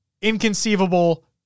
inconceivable